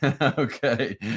okay